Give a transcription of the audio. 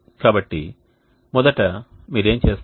కాబట్టి మొదట మీరు ఏమి చేస్తారు